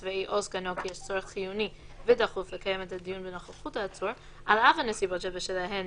לכל הגורמים שחייבים לדעת על המצב הזה.